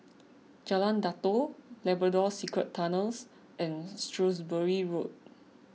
Jalan Datoh Labrador Secret Tunnels and Shrewsbury Road